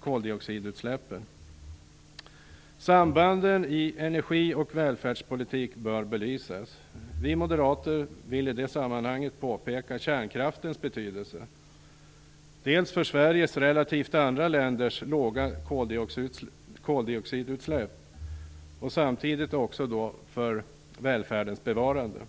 koldioxidutsläppen. Sambanden i energi och välfärdspolitik bör belysas. Vi moderater vill i det sammanhanget påpeka kärnkraftens betydelse dels för Sveriges jämfört med andra länder låga koldioxidutsläpp, dels för välfärdens bevarande.